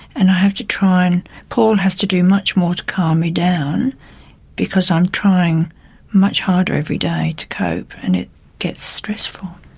and i have to try and, paul has to do much more to calm me down because i'm trying much harder every day to cope, and it gets stressful.